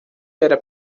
era